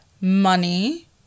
money